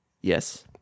yes